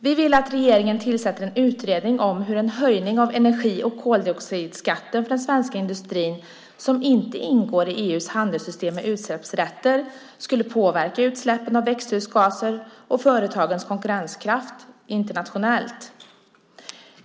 Vi vill att regeringen tillsätter en utredning om hur en höjning av energi och koldioxidskatten för den svenska industrin, som inte ingår i EU:s handelssystem med utsläppsrätter, skulle påverka utsläppen av växthusgaser och företagens konkurrenskraft internationellt.